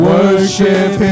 Worship